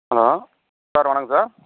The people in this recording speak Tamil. ஹலோ சார் வணக்கம் சார்